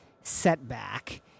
setback